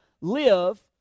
live